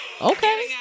Okay